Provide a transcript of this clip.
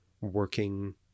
working